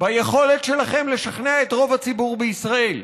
ביכולת שלכם לשכנע את רוב הציבור בישראל.